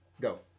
go